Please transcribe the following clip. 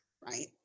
right